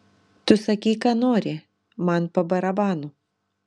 tu sakyk ką nori man pa barabanu